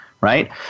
right